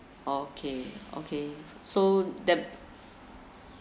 okay okay so the